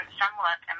somewhat